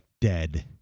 dead